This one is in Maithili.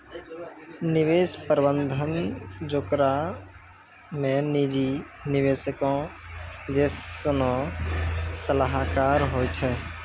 निवेश प्रबंधन जेकरा मे निजी निवेशको जैसनो सलाहकार होय छै